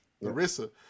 Larissa